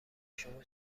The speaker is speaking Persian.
شما